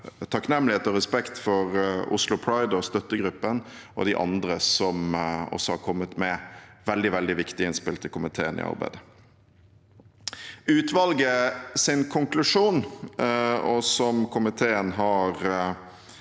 takknemlighet og respekt for Oslo Pride og støttegruppen og de andre som også har kommet med veldig viktige innspill til komiteen i arbeidet. Utvalgets konklusjon, som komiteen